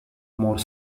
more